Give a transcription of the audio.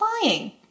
flying